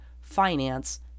finance